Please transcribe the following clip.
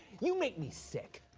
you make me sick.